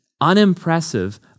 unimpressive